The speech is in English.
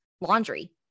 laundry